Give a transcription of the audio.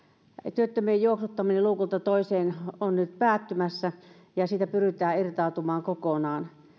työttömien juoksuttaminen luukulta toiselle on nyt päättymässä ja siitä pyritään irtautumaan kokonaan